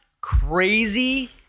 crazy